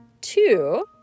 Two